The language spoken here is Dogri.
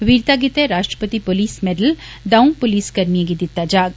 वीरता गित्तै राष्ट्रपति पोलिस मैडल दंऊ पुलिस कर्मिए गी दित्ता जाग